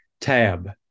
tab